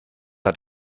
hat